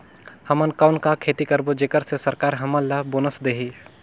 हमन कौन का खेती करबो जेकर से सरकार हमन ला बोनस देही?